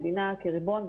מדינה כריבון,